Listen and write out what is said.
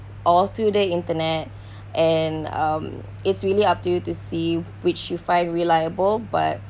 all through the internet and um it's really up to you to see which you find reliable but